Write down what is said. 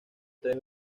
tres